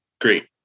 Great